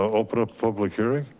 open up public hearing.